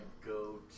go